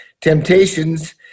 Temptations